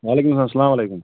وعلیکُم السَلام اَلسَلام علیکُم